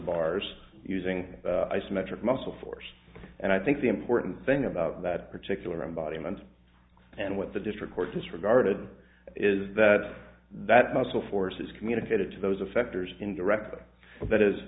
bars using isometric muscle force and i think the important thing about that particular embodiment and what the district court disregarded is that that muscle force is communicated to those affected indirectly that is